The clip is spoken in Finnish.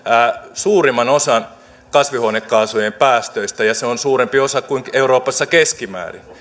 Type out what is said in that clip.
suurimman osan kasvihuonekaasujen päästöistä ja se on suurempi osa kuin euroopassa keskimäärin